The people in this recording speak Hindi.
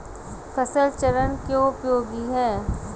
फसल चरण क्यों उपयोगी है?